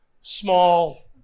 small